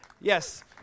Yes